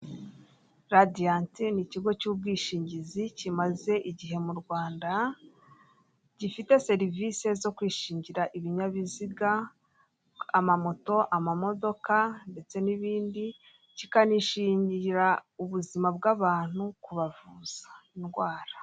Radiant ni ikigo cy'ubwishingizi kimaze igihe mu Rwanda, gifite serivisi zo kwishingira ibinyabiziga ama moto ama modoka ndetse n'ibindi, kikanishingira ubuzima bw'abantu kubavuza indwara.